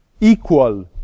equal